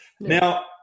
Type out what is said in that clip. Now